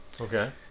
Okay